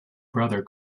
brother